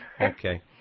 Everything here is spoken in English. Okay